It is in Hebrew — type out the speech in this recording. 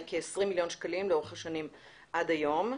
היא כ-20 מיליון שקלים לאורך השנים עד היום.